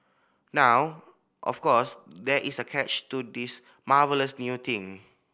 now of course there is a catch to this marvellous new thing